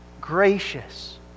gracious